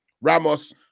Ramos